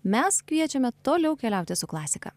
mes kviečiame toliau keliauti su klasika